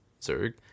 Zerg